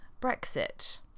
Brexit